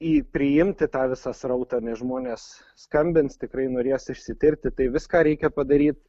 į priimti tą visą srautą nes žmonės skambins tikrai norės išsitirti tai viską reikia padaryt